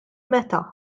meta